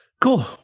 cool